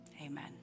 Amen